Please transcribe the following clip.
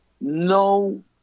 No